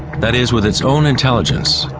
that is with its own intelligence.